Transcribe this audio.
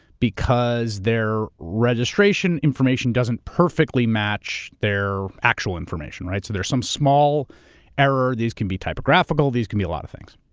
because their registration information doesn't perfectly match their actual information. right, so there's some small error these can be typographical, these can be a lot of things.